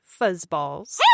fuzzballs